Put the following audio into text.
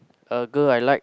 a girl I like